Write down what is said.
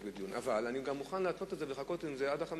אבל אני מוכן לחכות עם זה עד 15